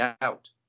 out